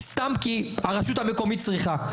סתם כי הרשות המקומית צריכה.